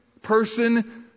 person